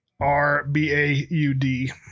R-B-A-U-D